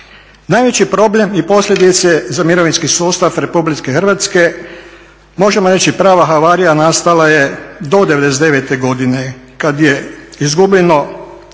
Najveći je problem i posljedice za mirovinski sustav Republike Hrvatske možemo reći prava havarija nastala je do '99. godine kada je izgubljeno